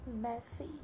messy